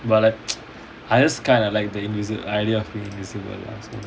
but like I just kind of like the invi~ the idea of being invisible lah so